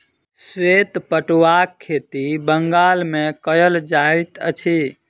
श्वेत पटुआक खेती बंगाल मे कयल जाइत अछि